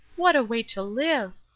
what a way to live.